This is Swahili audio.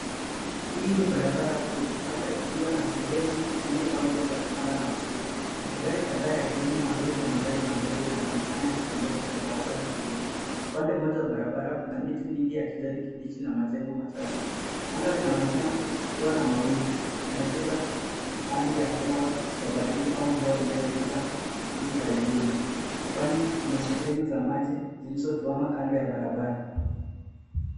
Hii ni barabara kuu labda ikiwa na sehemu mbili au njia za kupanda na kushuka. Magari kadhaa yakiwemo malori na magari madogo yameonekana yakitembea kwenye barabara hiyo. Upande mmoja wa barabara kuna miti mingi ya kijani kibichi na majengo machache. Angaa linaonekana kuwa na mawingu, ikipendekeza hali ya hewa ya baridi au mvua inayopita hivi karibuni kwani kuna sehemu za maji zilizotuama kando barabara.